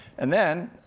and then,